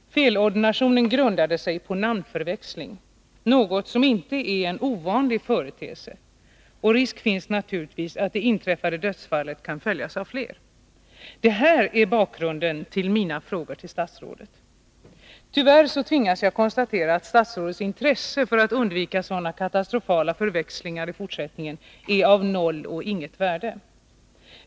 Felordinationen grundade sig på namnförväxling, något som inte är en ovanlig företeelse. Risk finns naturligtvis att det inträffade dödsfallet kan följas av fler. Detta är bakgrunden till mina frågor till statsrådet. Tyvärr tvingas jag konstatera att statsrådets intresse för att undvika sådana katastrofala förväxlingar i fortsättningen är av noll och intet värde.